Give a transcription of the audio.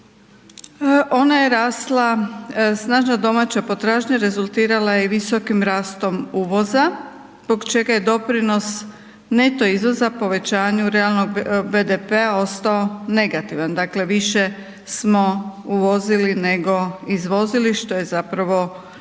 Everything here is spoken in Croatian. Ona je rasla, snažna domaća potražnja rezultirala je i visokim rastom uvoza, zbog čega je doprinos neto izvoza povećanju realnom BDP-a ostao negativan, dakle više smo uvozili nego izvozili, što je zapravo problem